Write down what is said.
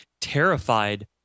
terrified